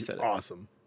awesome